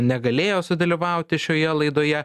negalėjo sudalyvauti šioje laidoje